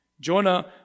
Jonah